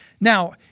Now